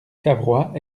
cavrois